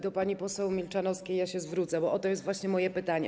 Do pani poseł Milczanowskiej się zwrócę, bo o to jest właśnie moje pytanie.